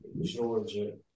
Georgia